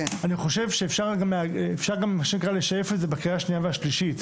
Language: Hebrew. אני גם חושב שאפשר לשייף את זה בקריאה השנייה והשלישית.